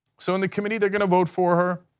so in the committee they are going to vote for her.